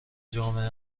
جامعه